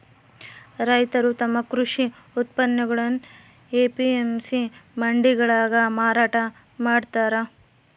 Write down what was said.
ರೈತರು ತಮ್ಮ ಕೃಷಿ ಉತ್ಪನ್ನಗುಳ್ನ ಎ.ಪಿ.ಎಂ.ಸಿ ಮಂಡಿಗಳಾಗ ಮಾರಾಟ ಮಾಡ್ತಾರ